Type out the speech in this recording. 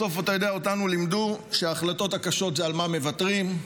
בסוף אותנו לימדו שההחלטות הקשות הן על מה מוותרים,